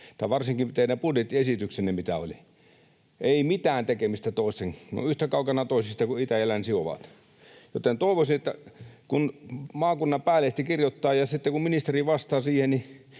Tai varsinkin teidän budjettiesityksenne, mikä oli: ei mitään tekemistä, yhtä kaukana toisistaan kuin itä ja länsi ovat. Kun maakunnan päälehti kirjoittaa ja sitten ministeri vastaa siihen,